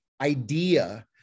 idea